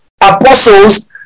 apostles